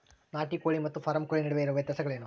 ನಾಟಿ ಕೋಳಿ ಮತ್ತು ಫಾರಂ ಕೋಳಿ ನಡುವೆ ಇರುವ ವ್ಯತ್ಯಾಸಗಳೇನು?